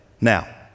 Now